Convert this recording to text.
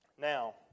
Now